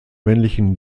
männlichen